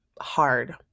hard